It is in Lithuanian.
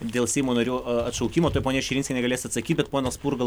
dėl seimo narių a atšaukimo tuoj ponia širinskienė galės atsakyt bet ponas spurga